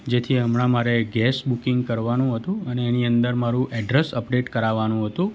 જેથી હમણાં મારે ગેસ બુકિંગ કરવાનું હતું અને એની અંદર મારું એડ્રેસ અપડેટ કરાવવાનું હતું